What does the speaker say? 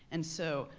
and so,